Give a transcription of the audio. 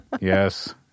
yes